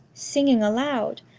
singing aloud,